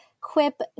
quip